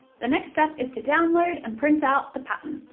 the next step is to download and print out the pattern.